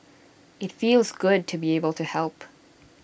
IT feels good to be able to help